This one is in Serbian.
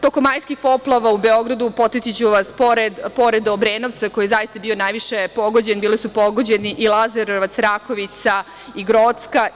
Tokom majskih poplava u Beogradu, podsetiću vas, pored Obrenovca, koji je zaista bio najviše pogođen, bili su pogođeni i Lazarevac, Rakovica i Grocka.